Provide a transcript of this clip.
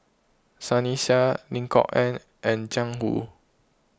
Sunny Sia Lim Kok Ann and Jiang Hu